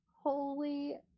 holy